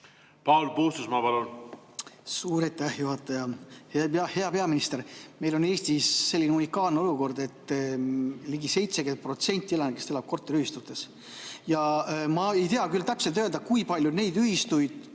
Paul Puustusmaa, palun! Suur aitäh, juhataja! Hea peaminister! Meil on Eestis selline unikaalne olukord, et ligi 70% elanikest elab korteriühistutes. Ma ei tea küll täpselt öelda, kui palju on neid ühistuid,